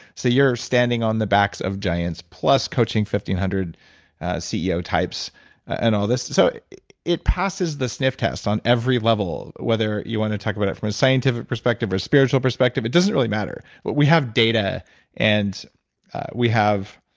so you're standing on the backs of giants plus coaching hundred ceo types and all this. so it passes the sniff test on every level whether you want to talk about it from a scientific perspective or a spiritual perspective, it doesn't really matter. but we have data and we have